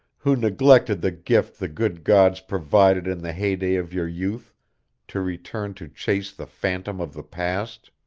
who neglected the gift the good gods provided in the heydey of your youth to return to chase the phantom of the past?